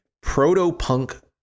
proto-punk